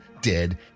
dead